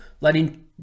Letting